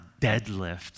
deadlift